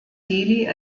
delhi